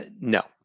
no